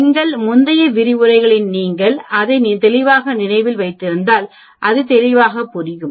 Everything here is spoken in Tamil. எங்கள் முந்தைய விரிவுரைகளில் நீங்கள் அதை தெளிவாக நினைவில் வைத்திருந்தால் அது தெளிவாக புரியும்